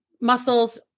muscles